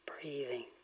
breathing